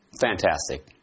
Fantastic